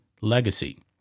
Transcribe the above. legacy